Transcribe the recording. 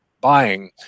Buying